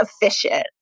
efficient